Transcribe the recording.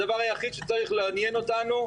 הדבר היחיד שצריך לעניין אותנו,